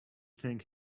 think